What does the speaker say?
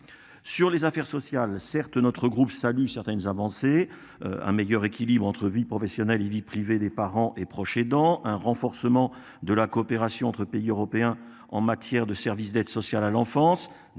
sur les affaires sociales. Certes, notre groupe salut certaines avancées. Un meilleur équilibre entre vie professionnelle et vie privée des parents et proches aidants un renforcement de la coopération entre pays européens en matière de services d'aide sociale à l'enfance